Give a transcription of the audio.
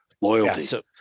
Loyalty